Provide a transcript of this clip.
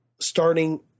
starting